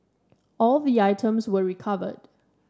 all the items were recovered